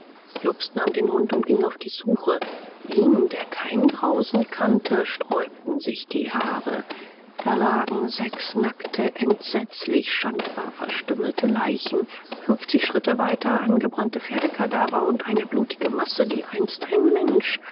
jobst nahm den hund und ging auf die suche ihm der kein grausen kannte sträubten sich die haare da lagen sechs nackte entsetzlich schandbar verstümmelte leichen fünfzig schritte weiter angebrannte pferdekadaver und eine blutige masse die einst ein mensch